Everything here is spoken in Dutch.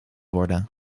worden